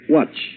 Watch